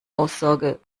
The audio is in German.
aussage